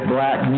Black